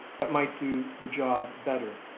that might do the job better